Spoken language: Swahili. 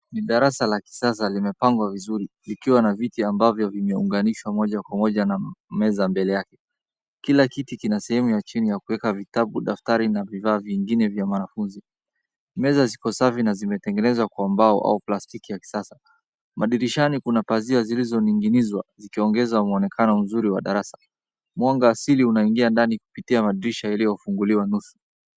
Ni darasa la kisasa limepangwa vizuri. Likiwa na viti ambavyo vimeunganishwa moja kwa moja na meza mbele yake. Kila kiti kina sehemu ya chini ya kuweka vitabu, daftari na vifaa vingine vya mwanafunzi. Meza ziko safi na zimetengenezwa kwa mbao au plastiki ya kisasa. Madirishani kuna paziwa zilizo ninginizwa zikiongeza muonekano mzuri wa darasa. Mwanga asili unaingia ndani kupitia madirisha iliyofunguliwa nusu.